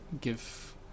give